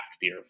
beer